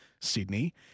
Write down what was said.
Sydney